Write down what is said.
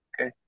Okay